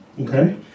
Okay